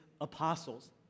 apostles